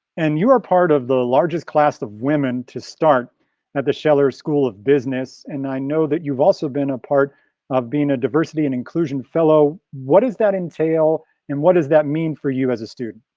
and you are part of the largest class of women to start at the schiller school of business. and i know that you've also been a part of being a diversity and inclusion fellow. what does that entail and what does that mean for you as a student?